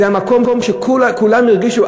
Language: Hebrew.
זה המקום שכולם הרגישו,